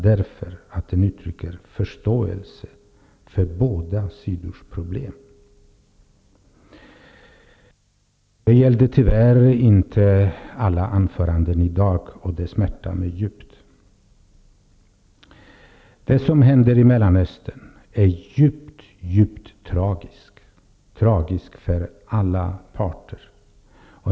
Det uttrycker förståelse för båda sidors problem. Det gäller tyvärr inte alla anföranden i dag, och det smärtar mig djupt. Det som händer i Mellanöstern är djupt, djupt tragiskt för alla parter.